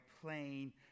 playing